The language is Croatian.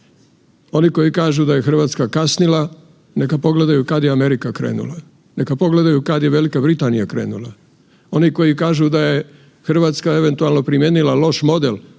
Oni koji kažu da je Hrvatska kasnila, neka pogledaju kad je Amerika krenula. Neka pogledaju kad je Velika Britanija krenula. Oni koji kažu da je Hrvatska eventualno primijenila loš model,